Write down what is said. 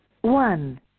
One